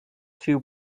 two